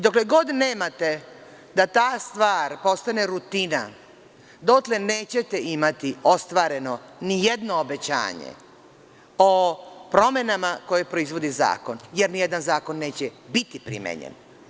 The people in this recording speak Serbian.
Dokle god nemate da ta stvar postane rutina dotle nećete imati ostvareno nijedno obećanje o promenama koje proizvodi zakon, jer nijedan zakon neće biti primenjen.